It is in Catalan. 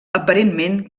aparentment